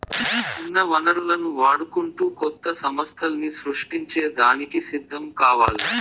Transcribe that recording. ఉన్న వనరులను వాడుకుంటూ కొత్త సమస్థల్ని సృష్టించే దానికి సిద్ధం కావాల్ల